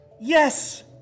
Yes